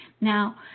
Now